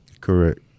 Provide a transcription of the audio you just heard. Correct